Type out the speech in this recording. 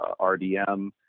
RDM